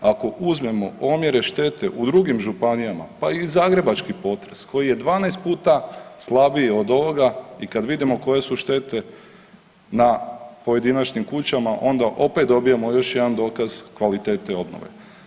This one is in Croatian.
Ako uzmemo omjere štete u drugim županijama, pa i zagrebački potres koji je 12 puta slabiji od ovoga i kada vidimo koje su štete na pojedinačnim kućama onda opet dobivamo još jedan dokaz kvalitete obnove.